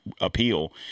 appeal